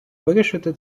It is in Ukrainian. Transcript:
вирішити